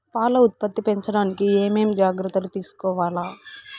పాల ఉత్పత్తి పెంచడానికి ఏమేం జాగ్రత్తలు తీసుకోవల్ల?